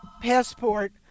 passport